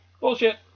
Bullshit